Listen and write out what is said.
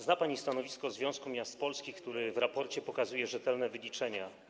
Zna pani stanowisko Związku Miast Polskich, który w raporcie przedstawia rzetelne wyliczenia.